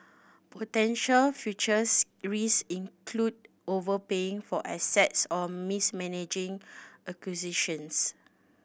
potential futures risk include overpaying for assets or mismanaging acquisitions